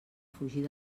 fugir